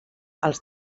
els